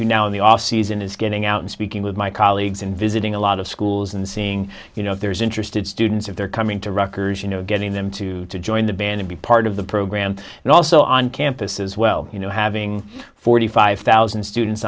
to now in the off season is getting out and speaking with my colleagues and visiting a lot of schools and seeing you know if there's interested students if they're coming to rockers you know getting them to join the band to be part of the program and also on camp this is well you know having forty five thousand students